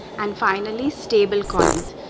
and finally, stable coins.